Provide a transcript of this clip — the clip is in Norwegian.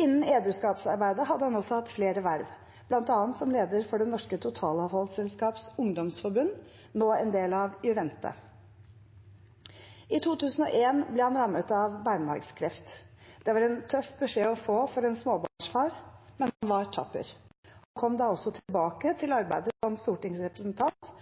Innen edruskapsarbeidet hadde han også hatt flere verv, bl.a. som leder for Det Norske Totalavholdsselskaps Ungdomsforbund, nå en del av Juvente. I 2001 ble han rammet av beinmargskreft. Det var en tøff beskjed å få for en småbarnsfar, men han var tapper. Han kom da også tilbake til arbeidet som stortingsrepresentant,